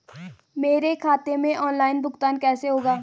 मेरे खाते में ऑनलाइन भुगतान कैसे होगा?